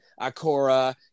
Akora